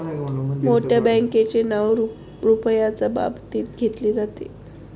मोठ्या बँकांचे नाव रुपयाच्या बाबतीत घेतले जाते